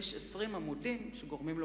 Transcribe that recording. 20 עמודים שגורמים לי